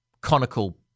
conical